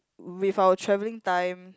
with our travelling time